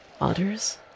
Otters